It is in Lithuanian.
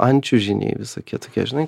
ančiužiniai visokie tokie žinai